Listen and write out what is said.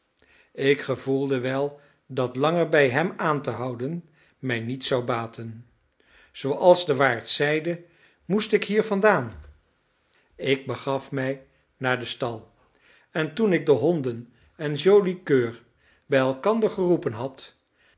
ik gevoelde wel dat langer bij hem aan te houden mij niets zou baten zooals de waard zeide moest ik hier vandaan ik begaf mij naar den stal en toen ik de honden en joli coeur bij elkander geroepen had